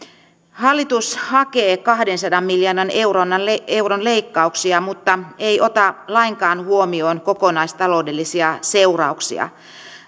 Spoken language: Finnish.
hallitus hakee kahdensadan miljoonan euron leikkauksia mutta ei ota lainkaan huomioon kokonaistaloudellisia seurauksia